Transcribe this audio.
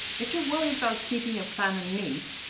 if you're worried about keeping your planner neat,